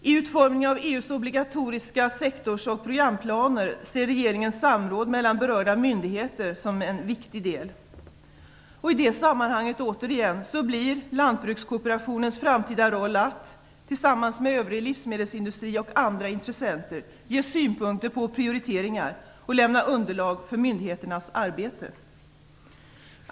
I utformningen av EU:s obligatoriska sektors och programplaner ser regeringen samråd mellan berörda myndigheter som en viktig del. I det sammanhanget blir lantbrukskooperationens framtida roll att - tillsammans med övrig livsmedelsindustri och andra intressenter - ge synpunkter på prioriteringar och lämna underlag för myndigheternas arbete.